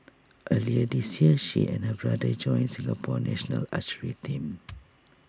earlier this year she and her brother joined Singapore's national archery team